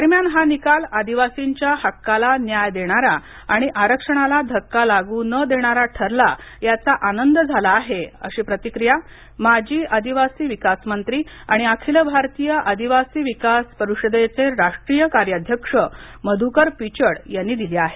दरम्यान हा निकाल आदिवासींच्या हक्काला न्याय देणारा आणि आरक्षणाला धक्का लागू न देणारा ठरला याचा आनंद झाला आहे अशी प्रतिक्रिया माजी आदिवासी विकास मंत्री आणि अखिल भारतीय आदिवासी विकास परिषदेचे राष्ट्रीय कार्याध्यक्ष मधूकर पिचड यांनी दिली आहे